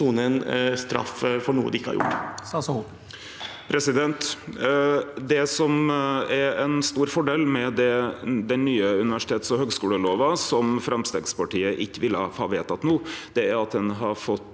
Det som er ein stor fordel med den nye universitets- og høgskolelova, som Framstegspartiet ikkje ville vedta no, er at ein har fått